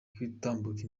gutambuka